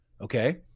Okay